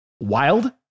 wild